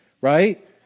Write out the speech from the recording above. right